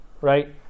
Right